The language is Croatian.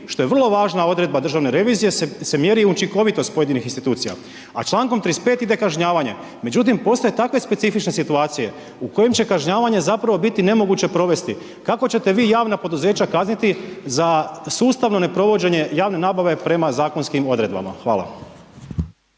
što je vrlo važna odredba državne revizije se mjeri učinkovitost pojedinih institucija a člankom 35. ide kažnjavanje. Međutim, postoje takve specifične situacije u kojem će kažnjavanje zapravo biti nemoguće provesti. Kako ćete vi javna poduzeća kazniti za sustavno ne provođenje javne nabave prema zakonskim odredbama? Hvala.